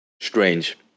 Strange